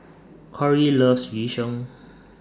Corrie loves Yu Sheng